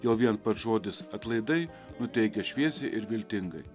jau vien pats žodis atlaidai nuteikia šviesiai ir viltingai